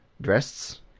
Dresses